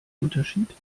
unterschied